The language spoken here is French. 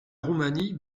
roumanie